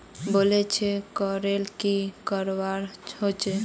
Balance check करले की करवा होचे?